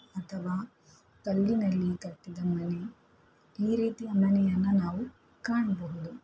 ಅಥವಾ ಕಲ್ಲಿನಲ್ಲಿ ಕಟ್ಟಿದ ಮನೆ ಈ ರೀತಿಯ ಮನೆಯನ್ನು ನಾವು ಕಾಣಬಹುದು